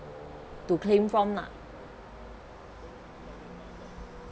to claim from lah